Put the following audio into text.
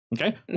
Okay